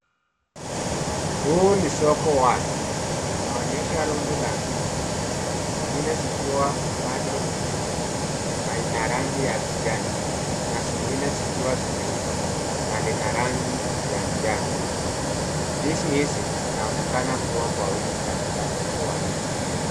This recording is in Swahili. Huu ni soko wazi linaonyesha rundu la ndizi, zingine zikiwa bado mbichi na ina rangi ya kijani, na zingine zikiwa zimeiva na lina rangi ya njano. Ndizi hizi zinaonekana kuwa kwa wingi katika soko wazi.